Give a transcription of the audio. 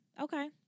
okay